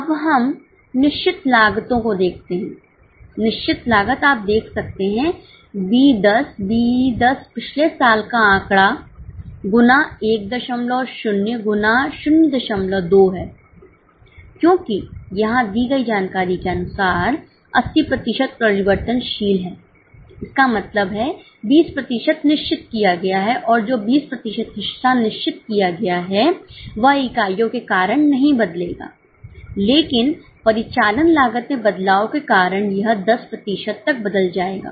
अब हम निश्चित लागतों को देखते हैं निश्चित लागत आप देख सकते हैं B 10 B 10 पिछले साल का आंकड़ा गुना 10 गुना 02 हैं क्योंकि यहां दी गई जानकारी के अनुसार 80 प्रतिशत परिवर्तनशील है इसका मतलब है 20 प्रतिशत निश्चित किया गया है और जो 20 प्रतिशत हिस्सा निश्चित किया गया है वह इकाइयों के कारण नहीं बदलेगा लेकिन परिचालन लागत में बदलाव के कारण यह 10 प्रतिशत तक बदल जाएगा